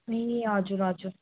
ए हजुर हजुर